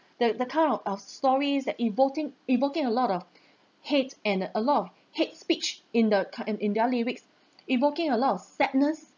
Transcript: that that kind of stories that evotin~ evoking a lot of hate and a lot of hate speech in the ca~ in their lyrics evoking a lot of sadness